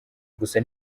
gusa